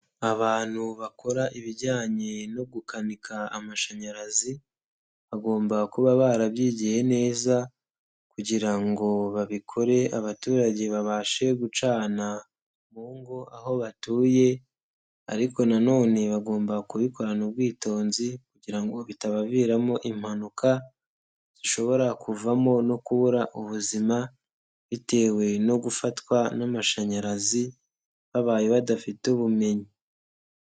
Abantu bakora ibijyanye no gukanika amashanyarazi, bagomba kuba barabyigiye neza kugira ngo babikore abaturage babashe gucana mu ngo aho batuye, ariko na none bagomba kubikorana ubwitonzi kugira ngo bitabaviramo impanuka zishobora kuvamo no kubura ubuzima bitewe no gufatwa n'amashanyarazi babaye badafite ubumenyi.